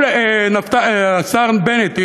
השר בנט,